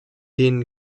denen